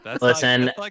listen